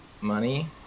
money